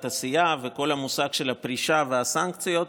הסיעה וכל המושג של הפרישה והסנקציות.